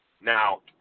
Now